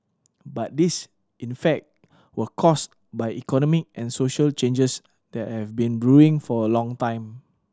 but these in fact were caused by economic and social changes that have been brewing for a long time